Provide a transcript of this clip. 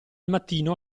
mattino